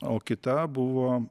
o kita buvo